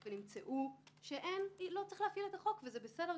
אנחנו חושבים שמה שהחוק הזה מאפשר,